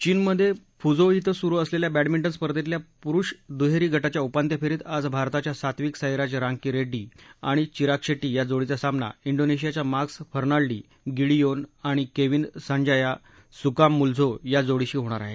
चीनमधे फुझोऊ इथं सुरू असलेल्या बर्टीमंटन स्पर्धेतल्या पुरूष दुहेरी गटाच्या उपांत्यफेरीत आज भारताच्या सात्विक साईराज रांकी रेड्डी आणि चिराग शेट्टी या जोडीचा सामना इंडोनेशियाच्या मार्कस फर्नाल्डी गिडियोन आणि केविन संजाया सुकामुल्जो या जोडीशी होणार आहे